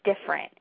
different